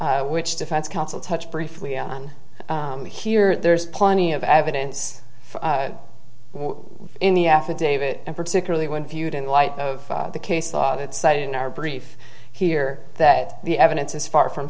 issue which defense counsel touch briefly on here there's plenty of evidence in the affidavit and particularly when viewed in light of the case law that cited in our brief here that the evidence is far from